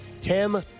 Tim